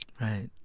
Right